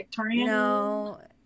No